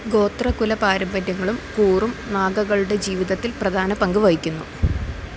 ഗോത്രകുല പാരമ്പര്യങ്ങളും കൂറും നാഗകളുടെ ജീവിതത്തിൽ പ്രധാന പങ്ക് വഹിക്കുന്നു